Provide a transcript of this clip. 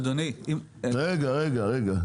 אדוני --- רגע, רגע.